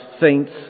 saints